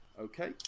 Okay